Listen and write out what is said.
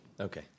Okay